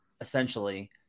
essentially